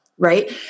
right